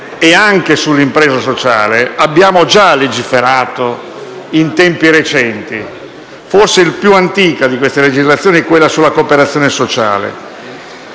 e anche sull'impresa sociale abbiamo già legiferato in tempi recenti. Forse la più antica di queste legislazioni è quella sulla cooperazione sociale.